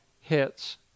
hits